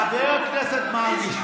חבר הכנסת מרגי,